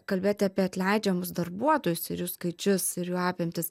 kalbėti apie atleidžiamus darbuotojus ir jų skaičius ir jų apimtis